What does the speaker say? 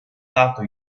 dato